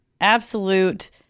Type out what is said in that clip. absolute